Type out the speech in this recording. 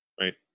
right